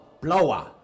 Blower